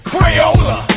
Crayola